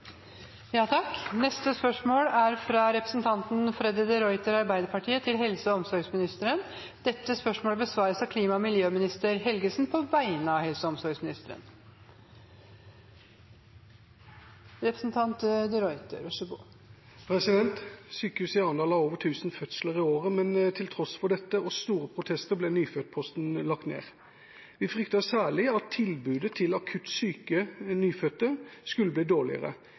fra representanten Freddy de Ruiter til helse- og omsorgsministeren, vil bli besvart av klima- og miljøministeren på vegne av helse- og omsorgsministeren. «Sykehuset i Arendal har over 1 000 fødsler i året, men til tross for dette og store protester ble nyfødtposten lagt ned. Vi fryktet særlig at tilbudet til akutt syke nyfødte skulle bli dårligere.